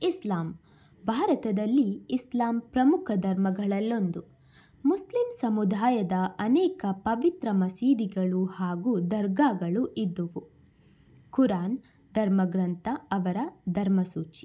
ಇಸ್ಲಾಂ ಭಾರತದಲ್ಲಿ ಇಸ್ಲಾಂ ಪ್ರಮುಖ ಧರ್ಮಗಳಲ್ಲೊಂದು ಮುಸ್ಲಿಂ ಸಮುದಾಯದ ಅನೇಕ ಪವಿತ್ರ ಮಸೀದಿಗಳು ಹಾಗೂ ದರ್ಗಾಗಳು ಇದ್ದವು ಕುರಾನ್ ಧರ್ಮಗ್ರಂಥ ಅವರ ಧರ್ಮ ಸೂಚಿ